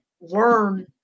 learn